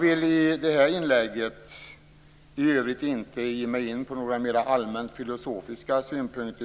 I detta inlägg skall jag för övrigt inte ge mig in på mera allmänt filosofiska synpunkter.